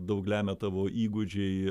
daug lemia tavo įgūdžiai